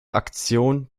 aktion